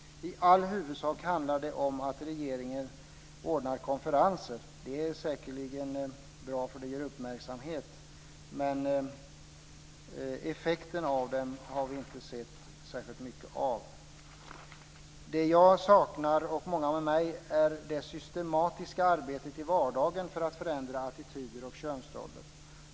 I all huvudsak handlar det om att regeringen ordnar konferenser. Det är säkerligen bra för det ger uppmärksamhet, men effekten av det har vi inte sett särskilt mycket av. Vad jag saknar, och många med mig, är det systematiska arbetet i vardagen för att förändra attityder och könsroller.